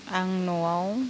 आं न'आव